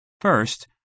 First